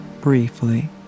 briefly